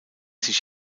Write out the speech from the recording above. sich